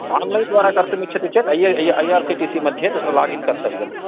online द्वारा कर्तुम् इच्छति चेत् I R C T C मध्ये तत्र लागिन् कर्तव्यम्